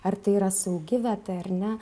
ar tai yra saugi vieta ar ne